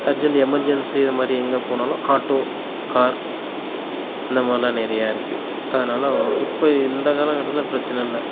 urgent emergency இதை மாதிரி எங்கே போனாலும் ஆட்டோ கார் இந்த மாதிரிலாம் நிறையா இருக்குது அதுனால் இப்போ இந்த காலகட்டத்தில் பிரச்சனை இல்லை